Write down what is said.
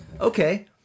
Okay